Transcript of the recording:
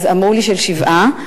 אמרו לי ש-7%.